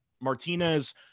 Martinez